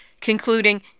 concluding